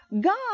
God